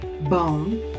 bone